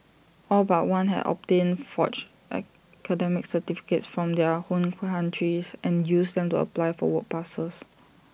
all but one had obtained forged academic certificates from their home countries and used them to apply for work passes